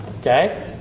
Okay